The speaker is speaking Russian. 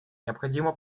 необходимо